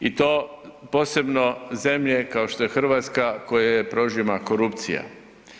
I to posebno zemlje kao što je Hrvatska koju prožima korupciju.